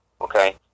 Okay